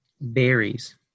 Berries